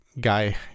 guy